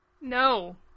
No